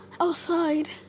outside